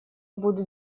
будут